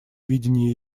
видение